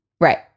Right